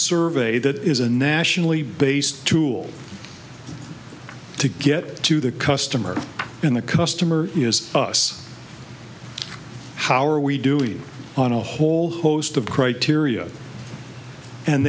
survey that is a nationally based tool to get to the customer in the customer is us how are we doing on a whole host of criteria and